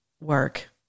work